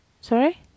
Sorry